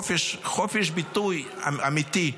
בשנות התשעים, חופש ביטוי אמיתי.